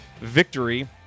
victory